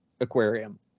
aquarium